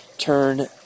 Turn